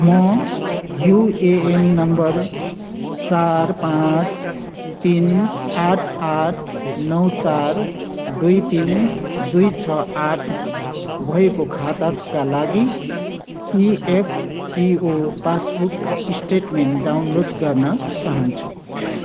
म UAN number चार पाँच तिन आठ आठ नौ चार दुई तिन दुई छ आठ भएको खाताका लागि इएफपिओ पासबुक स्टेटमेन्ट डाउनलोड गर्न चाहन्छु